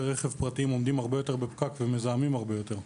רכב פרטיים עומדים הרבה יותר בפקק ומזהמים הרבה יותר.